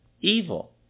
evil